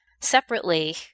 Separately